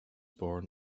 born